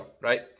right